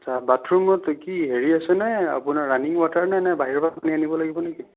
আচ্ছা বাথ ৰূমত কি হেৰি আছেনে আপোনাৰ ৰানিং ৱাটাৰ নে নে বাহিৰৰ পৰা পানী আনিব লাগিব নে কি